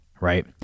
right